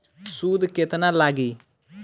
सूद केतना लागी?